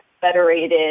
federated